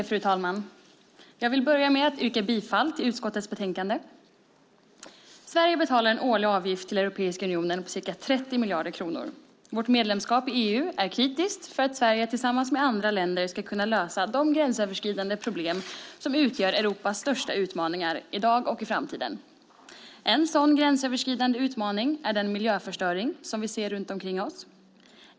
Fru talman! Jag yrkar bifall till utskottets förslag i betänkandet. Sverige betalar en årlig avgift om ca 30 miljarder kronor till Europeiska unionen. Beträffande vårt medlemskap är man kritisk när det gäller att Sverige tillsammans med andra länder ska kunna lösa de gränsöverskridande problem som utgör Europas största utmaningar i dag och i framtiden. En sådan gränsöverskridande utmaning är den miljöförstöring som vi ser runt omkring oss.